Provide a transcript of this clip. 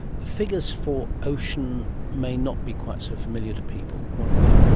the figures for ocean may not be quite so familiar to people. what are they?